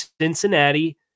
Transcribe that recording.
Cincinnati